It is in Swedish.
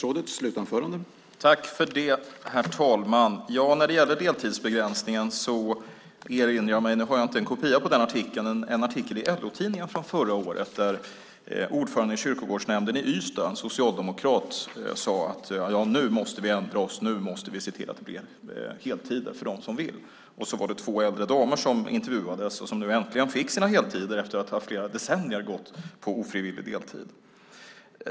Herr talman! När det gäller deltidsbegränsningen erinrar jag mig en artikel i LO-tidningen förra året. Där sade ordföranden i kyrkogårdsnämnden i Ystad, en socialdemokrat, att man nu skulle ändra sig och se till att det blev heltider för dem som ville. Så var det två äldre damer som intervjuades och som äntligen fick sina heltider efter att i flera decennier ha gått på ofrivillig deltid.